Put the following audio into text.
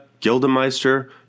Gildemeister